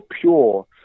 pure